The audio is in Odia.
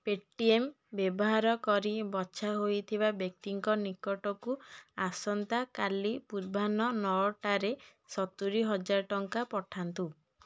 ପେ ଟି ଏମ୍ ବ୍ୟବହାର କରି ବଛା ହୋଇଥିବା ବ୍ୟକ୍ତିଙ୍କ ନିକଟକୁ ଆସନ୍ତାକାଲି ପୂର୍ବାହ୍ନ ନଅଟାରେ ସତୁରି ହଜାର ଟଙ୍କା ପଠାନ୍ତୁ